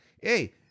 hey